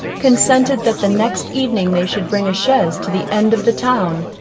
consented that the next evening they should bring a chaise to the end of the town,